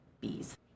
bees